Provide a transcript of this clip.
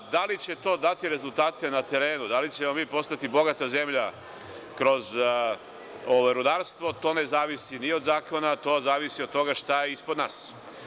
Da li će to dati rezultate na terenu, da li ćemo mi postati bogata zemlja kroz rudarstvo, to ne zavisi ni od zakona, to zavisi od toga šta je ispod nas.